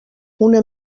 una